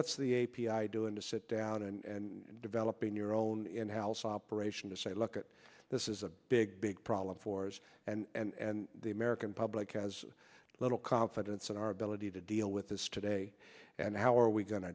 what's the a p i doing to sit down and developing your own in house operation to say look at this is a big big problem for years and the american public has little confidence in our ability to deal with this today and how are we going to